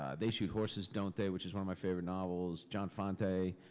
ah they shoot horses, don't they? which is one of my favorite novels, john fante.